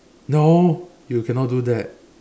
no you cannot do that